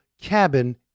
cabin